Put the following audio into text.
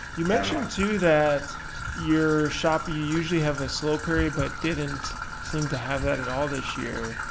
you mentioned too that your shop you usually have a slope area but didn't seem to have that at all this year.